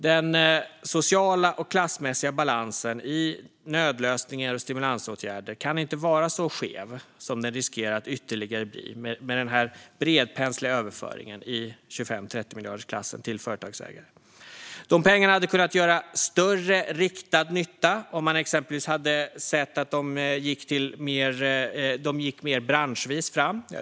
Den sociala och klassmässiga balansen i nödlösningar och stimulansåtgärder kan inte vara så skev som den riskerar att ytterligare bli med den här bredpensliga överföringen i 25-30-miljardersklassen till företagsägare. De pengarna hade kunnat göra större nytta om de exempelvis riktats branschvis.